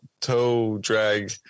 toe-drag